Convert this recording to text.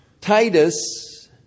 Titus